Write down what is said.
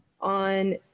on